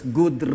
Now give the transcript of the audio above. good